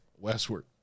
westward